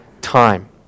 time